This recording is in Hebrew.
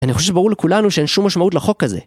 אני חושב שברור לכולנו שאין שום משמעות לחוק הזה.